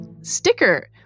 sticker